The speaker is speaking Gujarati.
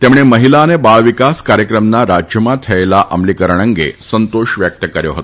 તેમણે મહિલા અને બાળવિકાસ કાર્ચક્રમના રાજ્યમાં થયેલા અમલીકરણ અંગે તેમણે સંતોષ વ્યક્ત કર્યો હતો